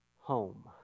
home